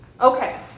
Okay